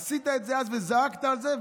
עשית את זה אז וזעקת על זה.